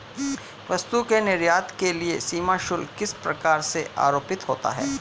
वस्तु के निर्यात के लिए सीमा शुल्क किस प्रकार से आरोपित होता है?